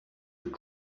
you